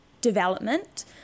development